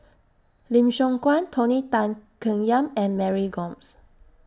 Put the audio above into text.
Lim Siong Guan Tony Tan Keng Yam and Mary Gomes